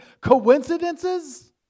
coincidences